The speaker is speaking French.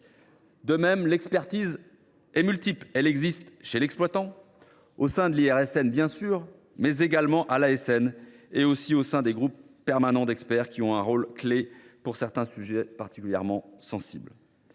De même, l’expertise est multiple : elle existe chez l’exploitant, au sein de l’IRSN, bien sûr, à l’ASN, mais aussi au sein des groupes permanents d’experts, qui ont un rôle clé pour certains sujets particulièrement sensibles.